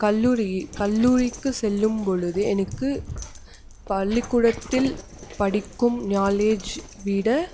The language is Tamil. கல்லூரி கல்லூரிக்கு சொல்லும் பொழுது எனக்கு பள்ளி கூடத்தில் படிக்கும் நாலேஜ் விட